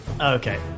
Okay